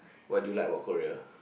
what do you like about Korea